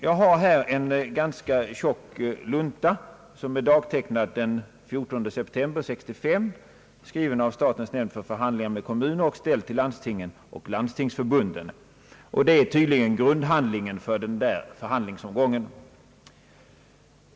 Jag har med mig en tjock lunta, dagtecknad den 14 september 1965, skriven av statens nämnd för förhandlingar med kommuner och ställd till landstingen och Landstingsförbundet. Det är tydligen grundhandlingen för den förhandlingsomgången.